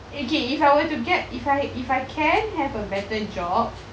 okay if I were to get if I if I can have a better job